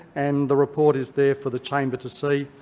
and the report is there for the chamber to see.